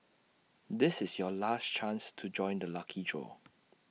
this is your last chance to join the lucky draw